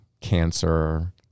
cancer